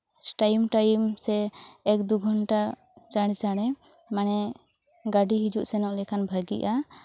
time time ᱥᱮ ᱮᱠ ᱫᱩ ᱜᱷᱚᱱᱴᱟ ᱪᱟᱬ ᱪᱟᱬ ᱢᱟᱱᱮ ᱜᱟᱹᱰᱤ ᱦᱤᱡᱩᱜ ᱥᱮᱱᱚᱜ ᱞᱮᱱᱠᱷᱟᱱ ᱵᱷᱟᱹᱜᱤᱜᱼᱟ